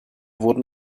wurden